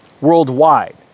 worldwide